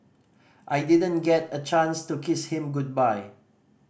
I didn't get a chance to kiss him goodbye